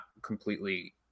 completely